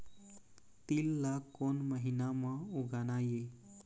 तील ला कोन महीना म उगाना ये?